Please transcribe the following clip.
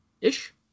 ish